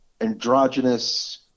androgynous